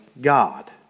God